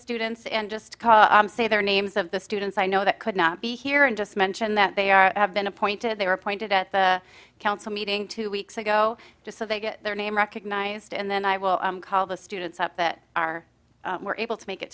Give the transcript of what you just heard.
students and just call i say their names of the students i know that could not be here and just mention that they are have been appointed they were appointed at the council meeting two weeks ago just so they get their name recognized and then i will call the students up that are were able to make it